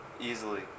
easily